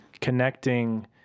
connecting